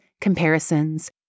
comparisons